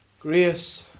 Grace